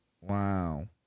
wow